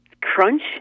Crunch